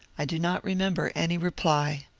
i do not remember any reply.